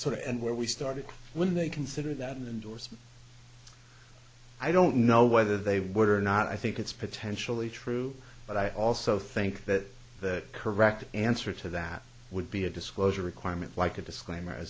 sort of and where we started when they consider that an endorsement i don't know whether they would or not i think it's potentially true but i also think that the correct answer to that would be a disclosure requirement like a disclaimer